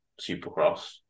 supercross